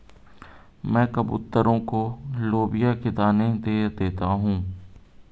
मैं कबूतरों को लोबिया के दाने दे देता हूं